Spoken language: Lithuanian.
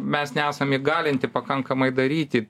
mes nesam įgalinti pakankamai daryti